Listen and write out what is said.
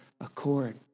accord